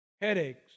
Headaches